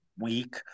week